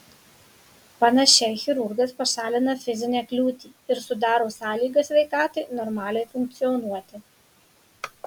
panašiai chirurgas pašalina fizinę kliūtį ir sudaro sąlygas sveikatai normaliai funkcionuoti